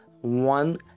One